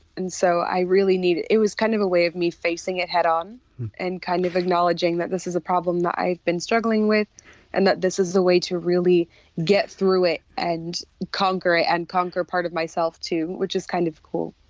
and so, i really needed it was kind of a way of me facing it head on and kind of acknowledging that this is a problem that i've been struggling with and that this is the way to really get through it and conquer it and conquer part of myself too, which is kind of cool.